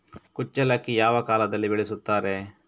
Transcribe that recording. ಕುಚ್ಚಲಕ್ಕಿ ಯಾವ ಕಾಲದಲ್ಲಿ ಬೆಳೆಸುತ್ತಾರೆ?